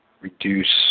reduce